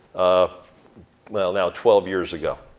ah well now twelve years ago.